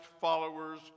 followers